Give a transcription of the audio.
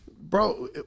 bro